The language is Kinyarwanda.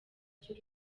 cy’u